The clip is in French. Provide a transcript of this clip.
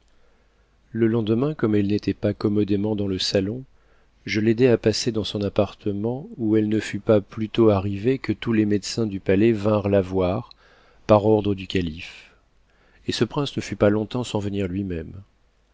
le lendemain comme elle n'était pas commodément dans le salon je l'aidai à passer dans son appartement où elle ne fut pas plus tôt arrivée que tous les médecins du palais vinrent la voir par ordre du calife et ce prince ne fut pas longtemps sans venir lui-même